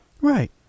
Right